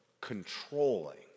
controlling